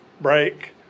break